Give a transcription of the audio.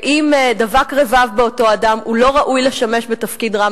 ואם דבק רבב באותו אדם הוא לא ראוי לשמש בתפקיד רם.